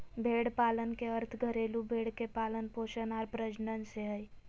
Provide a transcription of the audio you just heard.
भेड़ पालन के अर्थ घरेलू भेड़ के पालन पोषण आर प्रजनन से हइ